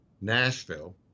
Nashville